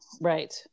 right